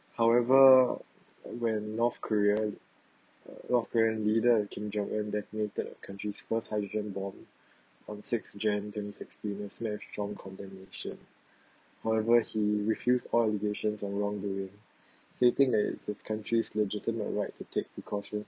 however when north korea north korean leader kim jong un detonated the country's first hydrogen bomb on six jan twenty sixteen and faced strong condemnation however he refused all allegations of wrongdoing stating that it is country's legitimate right to take precautions